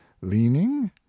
leaning